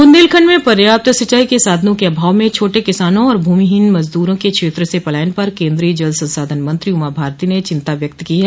बुन्देलखंड में पर्याप्त सिंचाई के साधनों के अभाव में छोटे किसानों और भूमिहीन मजदूरों क क्षेत्र से पलायन पर केन्द्रीय जल संसाधन मंत्री उमा भारती ने चिंता व्यक्त की है